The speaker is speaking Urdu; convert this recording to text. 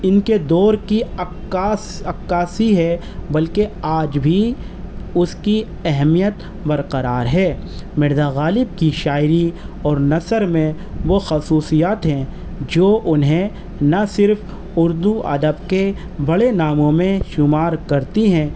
ان کے دور کی عکاس عکاسی ہے بلکہ آج بھی اس کی اہمیت برقرار ہے مرزا غالب کی شاعری اور نثر میں وہ خصوصیات ہیں جو انہیں نہ صرف اردو ادب کے بڑے ناموں میں شمار کرتی ہیں